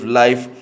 life